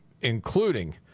including